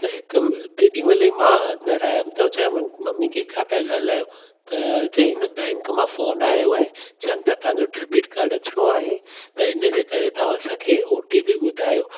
त हिकु तेॾी महिल ई मां अंदरि आयुमि त चयोमानि मम्मी कंहिं खां पिया ॻाल्हायो त चयईं हिन बैंक मां फ़ोन आयो आहे चवनि था तव्हांजो डेबिट काड अचिणो आहे त हिनजे करे तव्हां असांखे ओ टी पी ॿुधायो